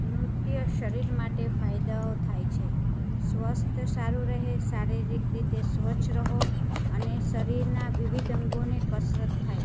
નૃત્ય શરીર માટે ફાયદો થાય છે સ્વસ્થ સારું રહે શારીરિક રીતે સ્વચ્છ રહો અને શરીરના વિવિધ અંગોને કસરત થાય